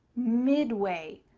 midway,